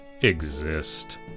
exist